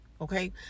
okay